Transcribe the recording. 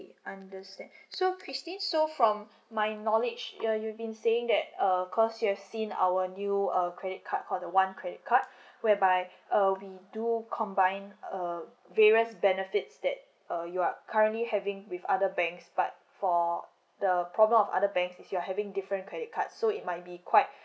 understand so christine so from my knowledge you're you've been saying that um cause you have seen our new uh credit card called the one credit card whereby uh we do combine uh various benefits that uh you are currently having with other banks but for the problem of other bank is you're having different credit card so it might be quite